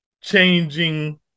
changing